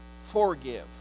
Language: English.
Forgive